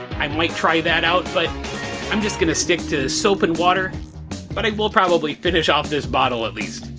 i might try that out, but i'm just gonna stick to soap and water but i will probably finish off this bottle at least.